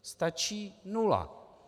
Stačí nula.